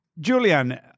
Julian